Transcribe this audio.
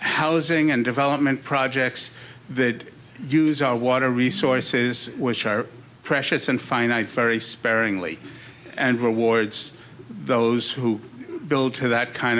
housing and development projects that use our water resources which are precious and finite very sparingly and rewards those who build that kind